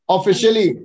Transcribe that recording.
Officially